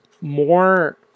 more